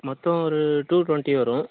மொத்தம் ஒரு two twenty வரும்